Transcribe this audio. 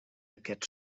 aquests